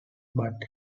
but